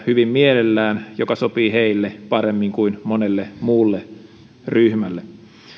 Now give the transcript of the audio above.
hyvin mielellään sellaista pätkätyötä joka sopii heille paremmin kuin monelle muulle ryhmälle